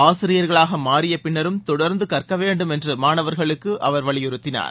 ஆசிரியர்களாக மாறிய பின்னரும் தொடர்ந்து கற்க வேண்டும் என்று மாணவர்களுக்கு அவர் வலியுறுத்தினார்